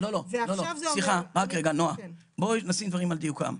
רק רגע, נעה, בואי נשים דברים על דיוקם.